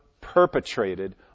perpetrated